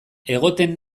egoten